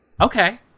Okay